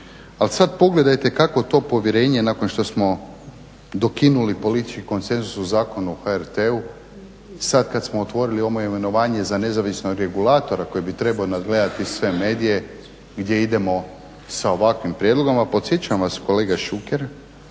Ali sada pogledajte kako to povjerenje nakon što smo dokinuli politički konsenzus u Zakonu o HRT-u, sada kada smo otvorili ovo imenovanje za nezavisnog regulatora koji bi trebao nadgledati sve medije, gdje idemo sa ovakvim prijedlogom. Ali podsjećam vas kolega Šuker